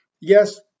Yes